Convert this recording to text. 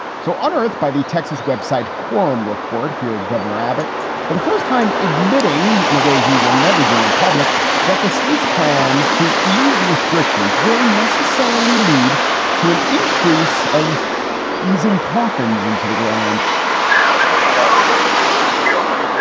so unearthed by the texas web site quorum report, here is governor abbott for the first time, admitting in a way he will never do in public that the state's plans to ease restrictions will necessarily lead to an increase of easing coffins into the ground we know real like